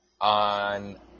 on